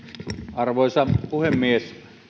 arvoisa puhemies